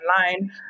online